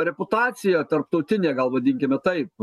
reputacija tarptautinė gal vadinkime taip